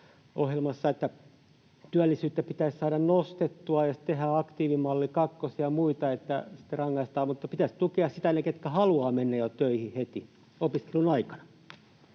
että työllisyyttä pitäisi saada nostettua, ja sitten tehdään aktiivimalli kakkosia ja muita, niin että sitten rangaistaan, mutta pitäisi tukea niitä, ketkä haluavat mennä töihin jo heti opiskelun aikana.